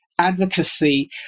advocacy